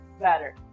better